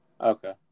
Okay